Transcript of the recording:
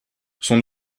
son